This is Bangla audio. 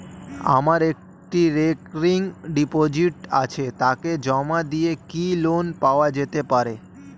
আমার একটি রেকরিং ডিপোজিট আছে তাকে জমা দিয়ে কি লোন পাওয়া যেতে পারে?